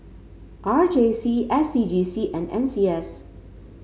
R J C S C G C and N C S